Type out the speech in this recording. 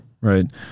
right